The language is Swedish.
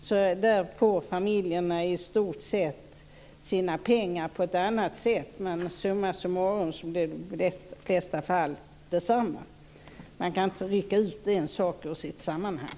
Där får familjerna i stort sett sina pengar på ett annat sätt men summa summarum blir det i de flesta fall detsamma. Man kan inte rycka ut en sak ur dess sammanhang.